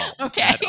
Okay